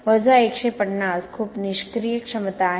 150 खूप निष्क्रिय क्षमता आहे